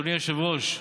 אדוני היושב-ראש,